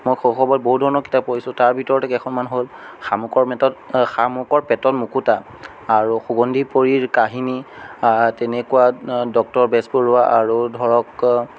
মই শৈশৱত বহু ধৰণৰ কিতাপ পঢ়িছোঁ তাৰ ভিতৰতে কেইখনমান হ'ল শামুকৰ মেটত শামুকৰ পেটত মুকুতা আৰু সুগন্ধি পৰীৰ কাহিনী তেনেকুৱা ডক্টৰ বেজবৰুৱা আৰু ধৰক